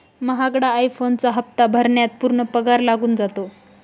महागडा आई फोनचा हप्ता भरण्यात पूर्ण पगार लागून जातो